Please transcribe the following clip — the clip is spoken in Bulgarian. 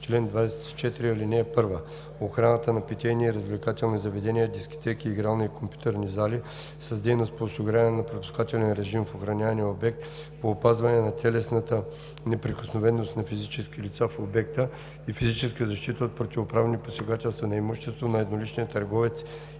чл. 24: „Чл. 24. (1) Охраната на питейни и развлекателни заведения, дискотеки, игрални и компютърни зали е дейност по осигуряване на пропускателен режим в охранявания обект, по опазване на телесната неприкосновеност на физически лица в обекта и физическа защита от противоправни посегателства на имуществото на едноличния търговец